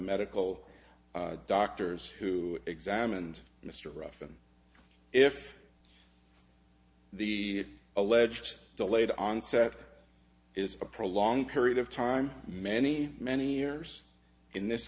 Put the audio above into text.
medical doctors who examined mr ruffin if the alleged delayed onset is a prolonged period of time many many years in this